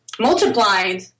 Multiplied